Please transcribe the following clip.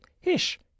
hish